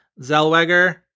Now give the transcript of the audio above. Zellweger